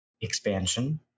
expansion